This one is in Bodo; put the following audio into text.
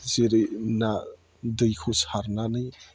जेरै ना दैखौ सारनानै